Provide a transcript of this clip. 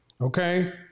okay